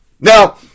Now